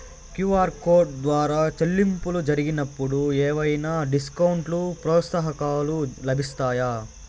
QR code ద్వారా చెల్లింపులు జరిగినప్పుడు ఏవైనా డిస్కౌంట్ లు, ప్రోత్సాహకాలు లభిస్తాయా?